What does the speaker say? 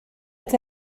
est